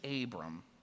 Abram